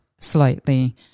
slightly